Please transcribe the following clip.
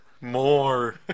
More